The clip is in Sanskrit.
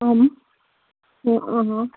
आं हा हा